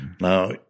Now